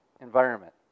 environment